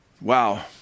Wow